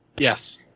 Yes